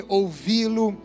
ouvi-lo